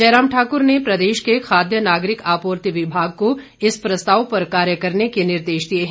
जयराम ठाकर ने प्रदेश के खाद्य नागरिक आपूर्ति विभाग को इस प्रस्ताव पर कार्य करने के निर्देश दिए हैं